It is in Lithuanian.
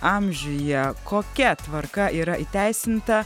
amžiuje kokia tvarka yra įteisinta